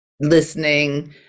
listening